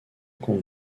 compte